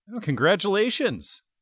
Congratulations